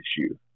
issue